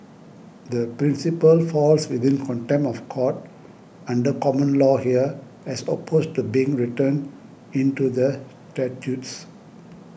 the principle falls within contempt of court under common law here as opposed to being written into the statutes